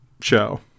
show